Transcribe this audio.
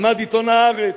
עמד עיתון "הארץ".